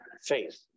Faith